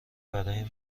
برای